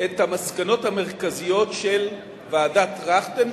את המסקנות המרכזיות של ועדת-טרכטנברג,